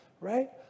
right